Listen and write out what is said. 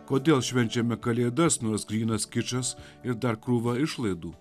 kodėl švenčiame kalėdas nors grynas kičas ir dar krūva išlaidų